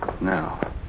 Now